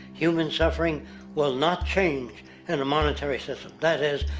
human suffering will not change in a monetary system. that is,